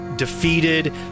Defeated